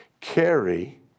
carry